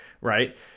right